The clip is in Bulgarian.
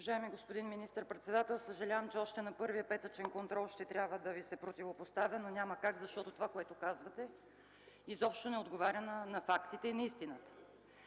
Уважаеми господин министър-председател, съжалявам, че още на първия петъчен контрол ще трябва да Ви се противопоставя, но няма как, защото това, което казвате, изобщо не отговаря на фактите и на истината.